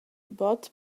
bod